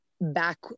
back